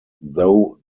though